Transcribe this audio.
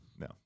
no